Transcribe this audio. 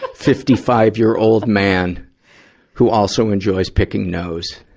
fifty five year old man who also enjoys picking nose.